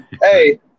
hey